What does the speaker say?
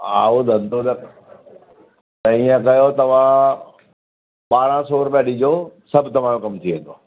हा ओ धंधो त त ईअं कयो तव्हां बारहं सौ रुपिया ॾिजो सभु तव्हांजो कमु थी वेंदो